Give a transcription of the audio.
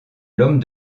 l’homme